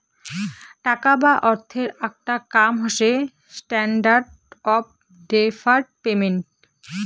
টাকা বা অর্থের আকটা কাম হসে স্ট্যান্ডার্ড অফ ডেফার্ড পেমেন্ট